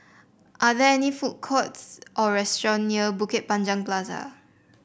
are there any food courts or restaurant near Bukit Panjang Plaza